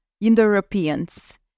Indo-Europeans